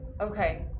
Okay